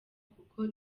kuko